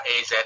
AZ